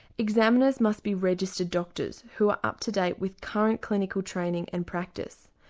examiners must be registered doctors who are up to date with current clinical training and practice.